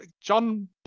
John